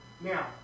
Now